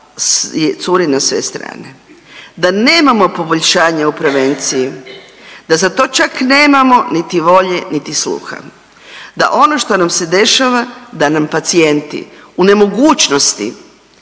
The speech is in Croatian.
da curi na sve strane, da nemamo poboljšanja u prevenciji, da za to čak nemamo niti volje, niti sluha. Da ono što nam se dešava da nam pacijenti u nemogućnosti